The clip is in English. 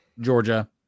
Georgia